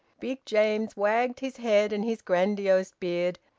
big james wagged his head and his grandiose beard,